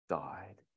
died